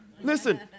Listen